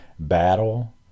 battle